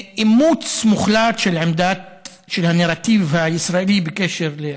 אימוץ מוחלט של הנרטיב הישראלי בקשר לאל-קודס.